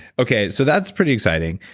okay, so that's pretty exciting,